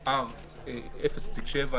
0.7?